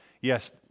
yes